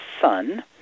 son